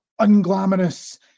unglamorous